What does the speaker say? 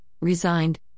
resigned